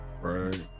Right